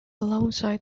alongside